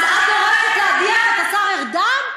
אז את דורשת להדיח את השר ארדן?